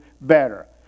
better